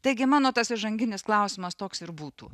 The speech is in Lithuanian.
taigi mano tas įžanginis klausimas toks ir būtų